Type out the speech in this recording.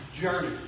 journey